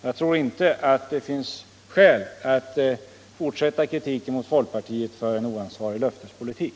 Jag tror inte det finns skäl att fortsätta kritiken mot folkpartiet för en oansvarig löftespolitik.